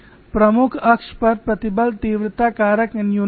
प्रमुख अक्ष पर प्रतिबल तीव्रता कारक न्यूनतम है